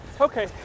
Okay